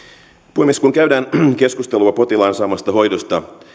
puhemies kun käydään keskustelua potilaan saamasta hoidosta